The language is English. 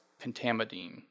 pentamidine